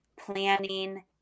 planning